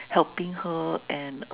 helping her and